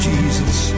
Jesus